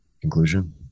conclusion